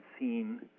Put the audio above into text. seen